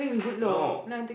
law